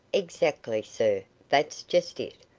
exactly, sir, that's just it.